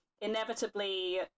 inevitably